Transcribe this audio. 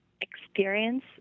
experience